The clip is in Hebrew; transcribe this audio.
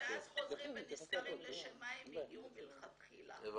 ואז חוזרים ונזכרים לשם מה הם הגיעו מלכתחילה,